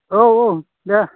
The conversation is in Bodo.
औ औ दे